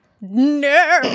no